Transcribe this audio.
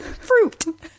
Fruit